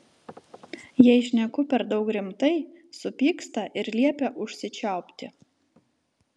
jei šneku per daug rimtai supyksta ir liepia užsičiaupti